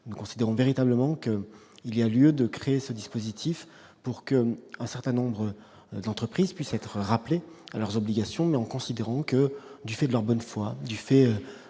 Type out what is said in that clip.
nous considérons véritablement qu'il y a lieu de créer ce dispositif pour qu'un certain nombre d'entreprises puissent être rappelés à leurs obligations, mais en considérant que, du fait de leur bonne foi, du fait